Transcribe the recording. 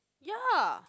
ya